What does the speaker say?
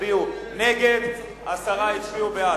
36 הצביעו נגד, עשרה הצביעו בעד.